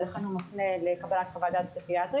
ולכן הוא מפנה לקבלת חוות דעת פסיכיאטרית.